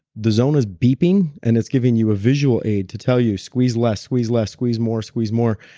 the zona's beeping, and it's giving you a visual aid to tell you squeeze less, squeeze less, squeeze more squeeze more.